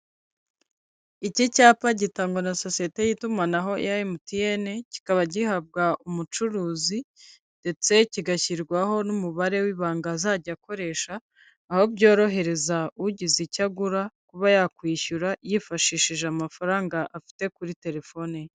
Iki cyapa gitangwa na sosiyete y'itumanaho ya MTN, kikaba gihabwa umucuruzi ndetse kigashyirwaho n'umubare w'ibanga azajya akoresha, aho byorohereza ugize icyo agura, kuba yakwishyura yifashishije amafaranga afite kuri telefone ye.